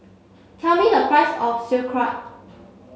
tell me the price of Sauerkraut